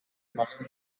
mangel